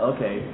Okay